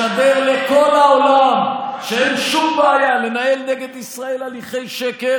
משדר לכל העולם שאין שום בעיה לנהל נגד ישראל הליכי שקר,